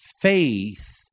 Faith